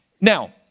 Now